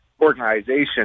organization